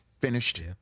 finished